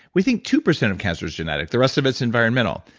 we think two percent of cancer is genetic. the rest of it's environmental.